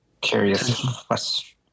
curious